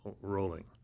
rolling